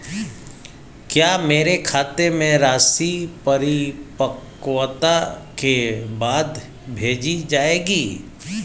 क्या मेरे खाते में राशि परिपक्वता के बाद भेजी जाएगी?